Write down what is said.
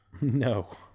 No